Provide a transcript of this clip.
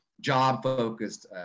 job-focused